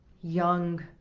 young